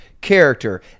character